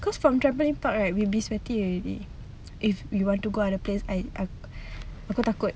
cause from trampoline park right we'll be sweaty already if we want to go other place aku takut